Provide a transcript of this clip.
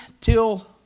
till